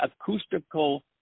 acoustical